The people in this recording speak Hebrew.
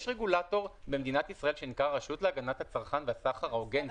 יש רגולטור במדינת ישראל שנקרא הרשות להגנת הצרכן והסחר ההוגן.